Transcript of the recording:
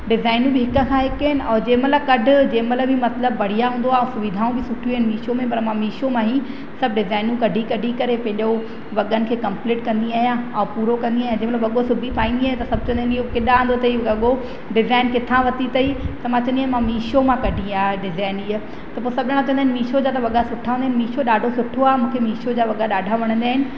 design बि हिकु खां हिकु आहिनि ऐं कंहिं महिल कढि जंहिं महिल मतिलबु बढ़िया हूंदो आहे सुविधाऊं बि सुठियूं आहिनि मिशो में पर मां मिशो मां ई सभु डिज़ाइन कढी कढी करे पंहिंजो वॻनि खे कम्पलीट कंदी आहियां ऐं पूरो कंदी आहियां जंहिं महिल वॻो सुबी पाईंदी आहियां त सभु चवंदा आहिनि इहे किथां आंदो अथई वॻो डिज़ाइन किथां वरिती अथई त मां चवंदी आहियां मिशो मां कढी आहे डिज़ाइन इहा त सभु ॼणा चवंदा आहिनि मिशो ते त वॻा सुठा आहिनि मिशो ॾाढो सुठो आहे मूंखे मिशो जा वॻा ॾाढा वणंदा आहिनि